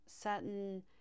certain